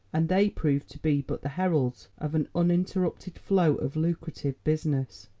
and they proved to be but the heralds of an uninterrupted flow of lucrative business.